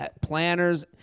planners